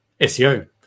SEO